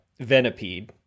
Venipede